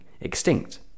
extinct